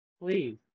Please